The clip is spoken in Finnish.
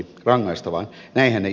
näinhän ei ole